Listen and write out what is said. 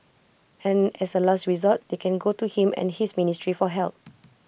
and as A last resort they can go to him and his ministry for help